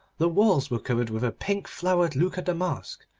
the walls were covered with a pink-flowered lucca damask,